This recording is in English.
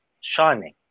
shining